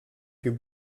più